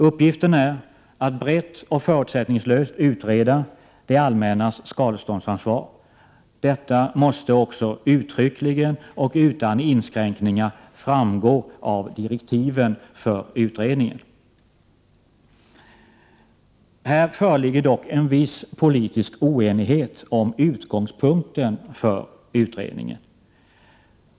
Uppgiften är att brett och förutsättningslöst utreda det allmännas skadeståndsansvar. Detta måste också uttryckligen och utan inskränkningar framgå av direktiven för utredningen. Här föreligger det dock en viss politisk oenighet om utgångspunkten för utredningen.